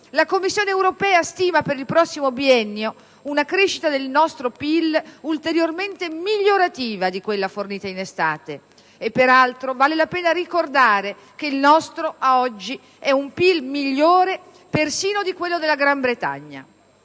la Commissione europea stima per il prossimo biennio una crescita del nostro PIL ulteriormente migliorativa di quella fornita in estate. Peraltro, vale la pena ricordare che il nostro ad oggi è un PIL migliore persino di quello della Gran Bretagna